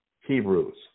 hebrews